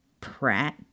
Pratt